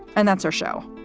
and that's our show,